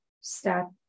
step